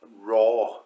raw